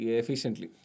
efficiently